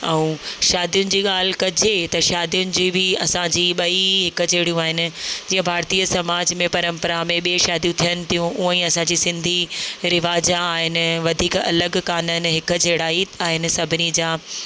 ऐं शादियुनि जी ॻाल्हि कजे शादियुनि जी बि असांजी ॿई हिकु जहिड़ियूं आहिनि जीअं भारतीय समाज में परम्परा में बि शादियुं थियनि थियूं हुंअ ई असांजूं सिंधी रिवाज आहिनि वधीक अलॻि कान आहिनि हिक जहिड़ा ई आहिनि सभिनी जा